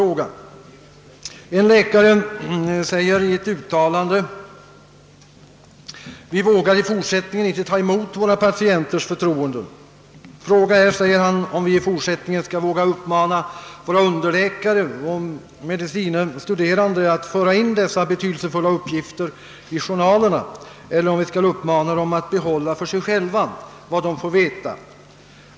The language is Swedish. En framstående läkare säger i ett uttalande: »Vi vågar i fortsättningen inte ta emot våra patienters förtroenden. Frågan är om vi i fortsättningen skall våga uppmana våra underläkare och medicine studerande att föra in dessa betydelsefulla uppgifter i journalerna eller om vi skall uppmana dem att behålla för sig själva vad de får veta.